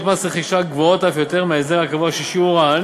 מס רכישה גבוהות אף יותר מההסדר הקבוע ששיעורן